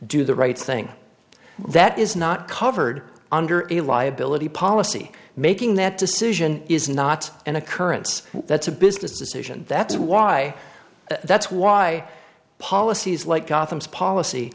do the right thing that is not covered under any liability policy making that decision is not an occurrence that's a business decision that's why that's why policies like gotham's policy